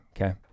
Okay